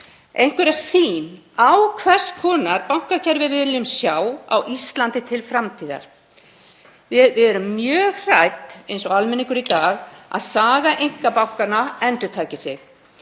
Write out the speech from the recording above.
einhverja sýn á hvers konar bankakerfi við viljum sjá á Íslandi til framtíðar. Við erum mjög hrædd, eins og almenningur í dag, um að saga einkabankanna endurtaki sig.